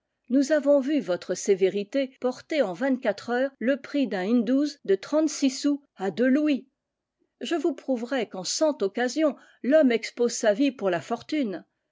nous avons vu votre sévérité porter en vingt-quatre heures le prix d'un in douze de trente-six sous à deux louis je vous prouverais qu'en cent occasions l'homme expose sa vie pour la fortune